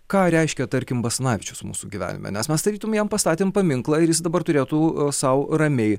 ką reiškia tarkim basanavičius mūsų gyvenime nes mes tarytum jam pastatėm paminklą ir jis dabar turėtų sau ramiai